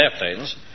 airplanes